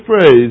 phrase